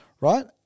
right